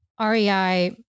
REI